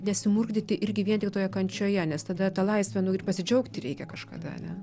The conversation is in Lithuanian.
nesimurkdyti irgi vien tik toje kančioje nes tada ta laisve pasidžiaugti reikia kažkada ane